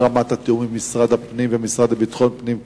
מה רמת התיאום עם משרד הפנים והמשרד לביטחון פנים,